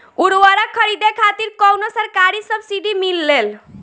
उर्वरक खरीदे खातिर कउनो सरकारी सब्सीडी मिलेल?